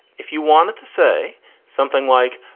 if you wanted to say something like,